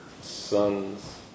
sons